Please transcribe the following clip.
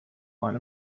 line